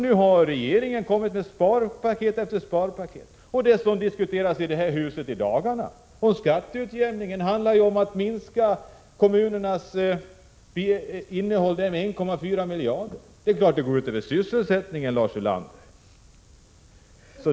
Nu har regeringen kommit med sparpaket efter sparpaket. Det som i dagarna diskuteras i detta hus om skatteutjämningen handlar om att minska kommunernas budget med 1,2 miljarder kronor, och det är klart att detta går ut över sysselsättningen, Lars Ulander.